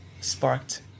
sparked